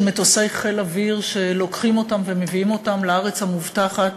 של מטוסי חיל האוויר שלוקחים אותם ומביאים אותם לארץ המובטחת